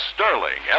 Sterling